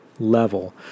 level